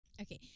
Okay